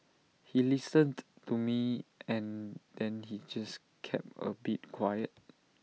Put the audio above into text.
he listened to me and then he just kept A bit quiet